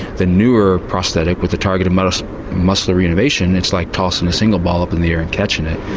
the newer prosthetic with a target of but so muscle re-innovation it's like tossing a single ball up in the air and catching it.